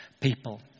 people